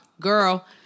girl